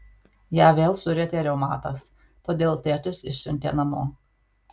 ją vėl surietė reumatas todėl tėtis išsiuntė namo